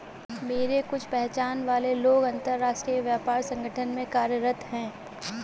मेरे कुछ पहचान वाले लोग अंतर्राष्ट्रीय व्यापार संगठन में कार्यरत है